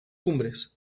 cumbres